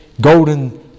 golden